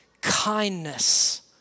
kindness